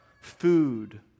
food